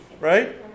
right